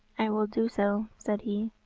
i will do so, said he.